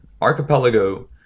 Archipelago